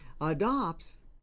adopts